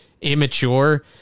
immature